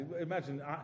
Imagine